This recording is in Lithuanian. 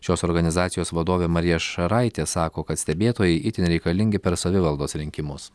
šios organizacijos vadovė marija šaraitė sako kad stebėtojai itin reikalingi per savivaldos rinkimus